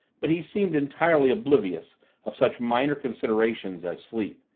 but he seemed entirely oblivious of such minor considerations as sleep.